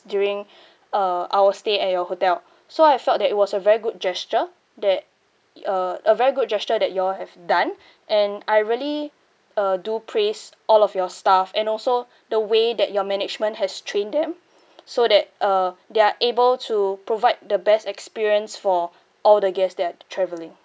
during uh our stay at your hotel so I felt that it was a very good gesture that uh a very good gesture that you all have done and I really uh do praise all of your staff and also the way that your management has trained them so that uh they're able to provide the best experience for all the guests that are travelling